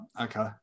Okay